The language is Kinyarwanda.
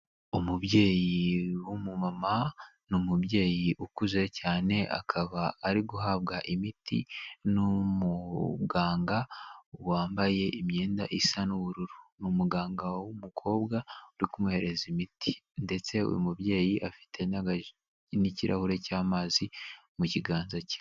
Umubyeyi w'umumama ni umubyeyi ukuze cyane, akaba ari guhabwa imiti n'umuganga wambaye imyenda isa n'ubururu. Ni umuganga w'umukobwa uri kumuhereza imiti ndetse uyu mubyeyi afite n'ikirahure cy'amazi mu kiganza cye.